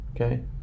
Okay